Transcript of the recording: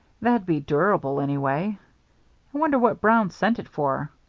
that'd be durable, anyway. i wonder what brown sent it for.